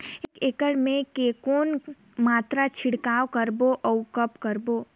एक एकड़ मे के कौन मात्रा छिड़काव करबो अउ कब करबो?